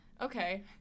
Okay